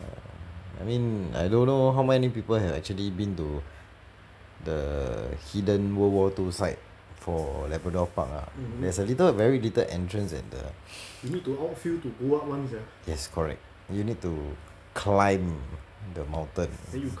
err I mean I don't know how many people have actually been to the hidden world war two site for labrador park ah there's a little very little entrance at the yes correct you need to climb the mountain